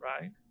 right